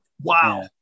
Wow